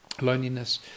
loneliness